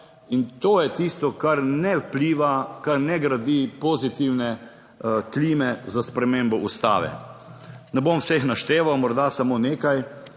in to je tisto, kar ne vpliva, kar ne gradi pozitivne klime za spremembo Ustave. Ne bom vseh našteval, morda samo nekaj: